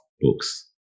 books